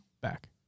back